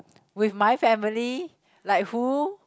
with my family like who